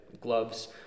gloves